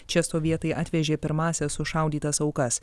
čia sovietai atvežė pirmąsias sušaudytas aukas